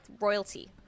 royalty